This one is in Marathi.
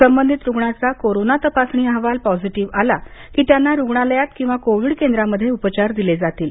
संबंधित रुग्णाचा कोरोना तपासणी अहवाल पॉझिटिव्ह आला की त्यांना रुग्णालयात किंवा कोविड केंद्रामध्ये उपचार दिले जातील